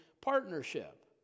partnership